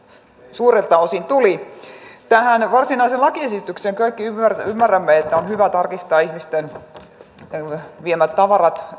suurelta osin tuli tähän varsinaiseen lakiesitykseen kaikki ymmärrämme että on hyvä tarkistaa ihmisten erilaisiin yleisötilaisuuksiin viemät tavarat